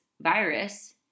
virus